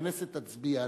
שהכנסת תצביע עליו.